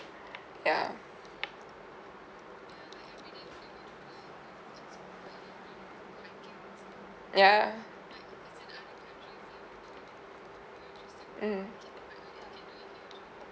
ya ya mmhmm